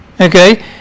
okay